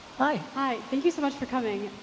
hi. hi, thank you so much for coming.